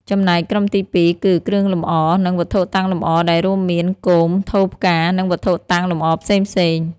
ចំណែកក្រុមទីពីរគឺ គ្រឿងលម្អ និងវត្ថុតាំងលម្អ ដែលរួមមាន គោម ថូផ្កា និងវត្ថុតាំងលម្អផ្សេងៗ។